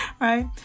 right